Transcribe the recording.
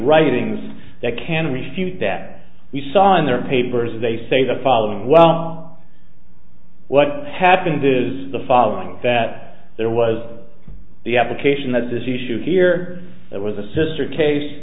writings that can refute that you saw in their papers they say the following what happened is the following that there was the application that is this issue here that was a sister case